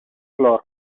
flor